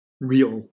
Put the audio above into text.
real